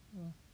!whoa!